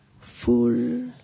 full